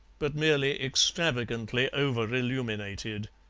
but merely extravagantly over-illuminated.